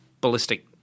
ballistic